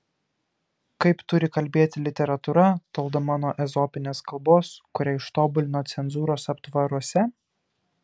kaip turi kalbėti literatūra toldama nuo ezopinės kalbos kurią ištobulino cenzūros aptvaruose